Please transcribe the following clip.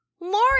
Lauren